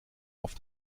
auf